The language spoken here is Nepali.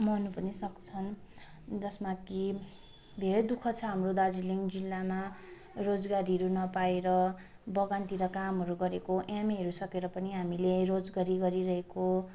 मर्नु पनि सक्छन् जसमा कि धेरै दुःख छ हाम्रो दार्जिलिङ जिल्लामा रोजगारीहरू नपाएर बगानतिर कामहरू गरेको एमएहरू सकेर पनि हामीले रोजगरी गरिरहेको